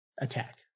Attack